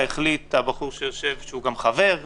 לא ראיתי שעשו פיילוט לתחבורה ציבורית.